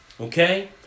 okay